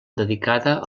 dedicada